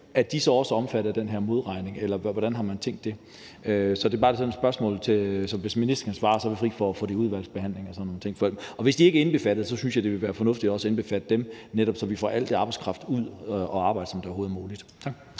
er de så også omfattet af den her modregning, eller hvordan har man tænkt det? Så det er bare et spørgsmål til ministeren nu, og hvis ministeren svarer her, er vi fri for at skulle have det i udvalgsbehandlingen. Og hvis de efterlønnere ikke er indbefattet, synes jeg det ville være fornuftigt også at indbefatte dem, så vi netop får så meget arbejdskraft ud at arbejde som overhovedet muligt.